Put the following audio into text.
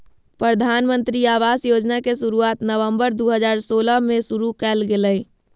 प्रधानमंत्री आवास योजना के शुरुआत नवम्बर दू हजार सोलह में शुरु कइल गेलय